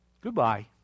Goodbye